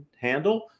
handle